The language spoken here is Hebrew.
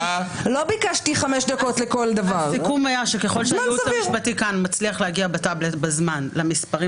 הם חושבים שאני לא יודע את החוקים.